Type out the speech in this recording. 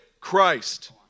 Christ